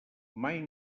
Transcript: mai